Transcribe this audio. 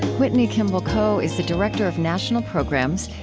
whitney kimball coe is the director of national programs,